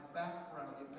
background